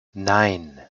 nein